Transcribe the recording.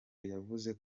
yavuze